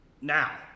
Now